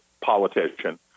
politician